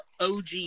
OG